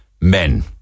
Men